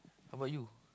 how about you